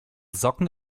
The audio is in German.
socken